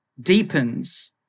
deepens